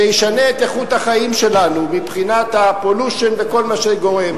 שישנה את איכות החיים שלנו מבחינת ה-pollution וכל מה שגורם,